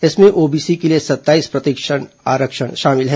इसमें ओबीसी के लिए सत्ताईस प्रतिशत आरक्षण शामिल है